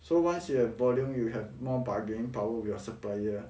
so once you have volume you have more bargaining power with your supplier